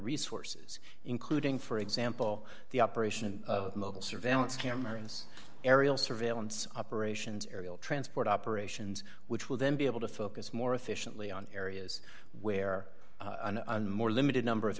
resources including for example the operation of mobile surveillance cameras aerial surveillance operations aerial transport operations which will then be able to focus more efficiently on areas where an more limited number of